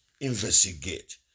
investigate